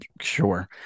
sure